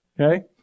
Okay